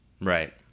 Right